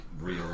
real